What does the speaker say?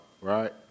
right